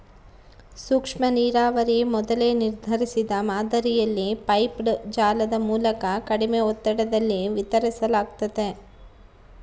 ಸೂಕ್ಷ್ಮನೀರಾವರಿ ಮೊದಲೇ ನಿರ್ಧರಿಸಿದ ಮಾದರಿಯಲ್ಲಿ ಪೈಪ್ಡ್ ಜಾಲದ ಮೂಲಕ ಕಡಿಮೆ ಒತ್ತಡದಲ್ಲಿ ವಿತರಿಸಲಾಗ್ತತೆ